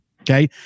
Okay